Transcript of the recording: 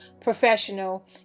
professional